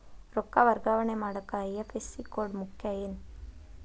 ರೊಕ್ಕ ವರ್ಗಾವಣೆ ಮಾಡಾಕ ಐ.ಎಫ್.ಎಸ್.ಸಿ ಕೋಡ್ ಮುಖ್ಯ ಏನ್